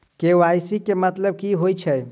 KYC केँ मतलब की होइ छै?